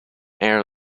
air